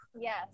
Yes